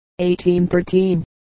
1813